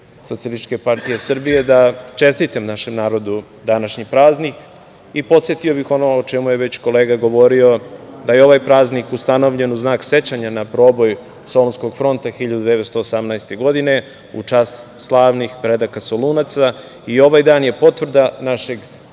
poslaničke grupe SPS da čestitam našem narodu današnji praznik i podsetio bih ono o čemu je već kolega govorio, da je ovaj praznik ustanovljen u znak sećanja na proboj Solunskog fronta 1918. godine u čast slavnih predaka, Solunaca. Ovaj dan je potvrda našeg